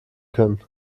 können